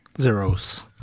zeros